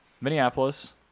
Minneapolis